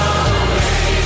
away